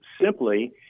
simply